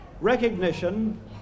Recognition